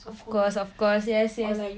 of course of course yes yes